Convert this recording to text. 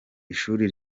ishuri